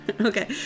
Okay